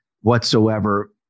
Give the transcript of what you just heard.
whatsoever